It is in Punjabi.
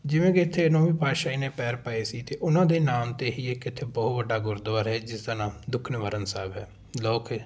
ਜਿਵੇਂ ਕਿ ਇੱਥੇ ਨੌਵੀਂ ਪਾਤਸ਼ਾਹੀ ਨੇ ਪੈਰ ਪਾਏ ਸੀ ਅਤੇ ਉਹਨਾਂ ਦੇ ਨਾਮ 'ਤੇ ਹੀ ਇੱਕ ਇੱਥੇ ਬਹੁਤ ਵੱਡਾ ਗੁਰਦੁਆਰਾ ਹੈ ਜਿਸ ਦਾ ਨਾਮ ਦੁੱਖ ਨਿਵਾਰਨ ਸਾਹਿਬ ਹੈ ਲੋਕ ਏ